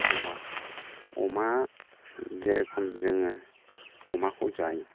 अमा अमा जेरोखोम जोङो अमाखौ जायो